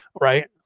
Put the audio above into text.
Right